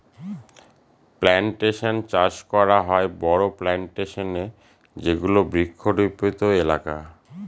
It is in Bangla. প্লানটেশন চাষ করা হয় বড়ো প্লানটেশনে যেগুলো বৃক্ষরোপিত এলাকা